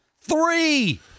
Three